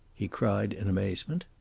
he cried in amazement.